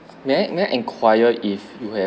may may I may I enquire if you have